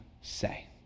say